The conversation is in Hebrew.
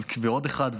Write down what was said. ועוד אחד,